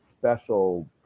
special